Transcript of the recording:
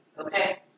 Okay